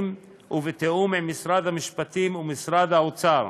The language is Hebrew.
ובתיאום עם משרד המשפטים ומשרד האוצר,